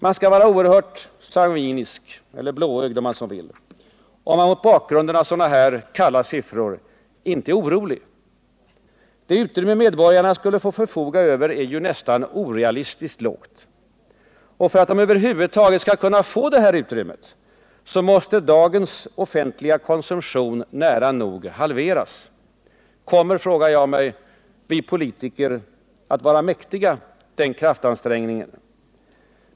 Man skall vara oerhört sangvinisk — eller blåögd om man så vill om man Nr 54 mot bakgrunden av sådana här kalla siffror inte är orolig. Det utrymme Torsdagen den medborgarna skulle få förfoga över är nästan orealistiskt lågt. Och för att de 14 december 1978 över huvud taget skall kunna få det utrymmet, måste dagens offentliga konsumtion nära nog halveras. Kommer vi politiker att vara mäktiga den kraftansträngningen?